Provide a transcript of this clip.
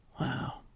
Wow